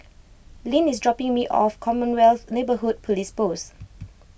Lynn is dropping me off Commonwealth Neighbourhood Police Post